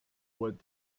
what